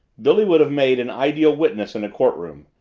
billy would have made an ideal witness in a courtroom.